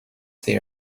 they